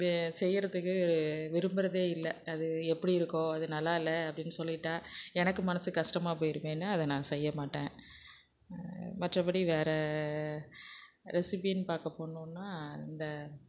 பே செய்கிறதுக்கு விரும்புகிறதே இல்லை அது எப்படி இருக்கும் இது நல்லாயில்ல அப்படின்னு சொல்லிட்டால் எனக்கு மனது கஷ்டமாக போய்டுமேன்னு அதை நான் செய்ய மாட்டேன் மற்றபடி வேற ரெசிபினு பார்க்க போனோம்னா இந்த